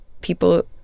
people